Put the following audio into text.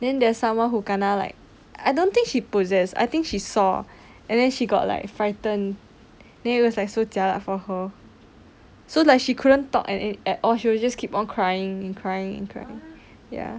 then there's someone who kena like I don't think she possessed I think she saw and then she got like frightened then it was like so jialat for her so like she couldn't talk at all she was just keep on crying and crying and crying ya